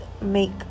make